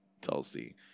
Tulsi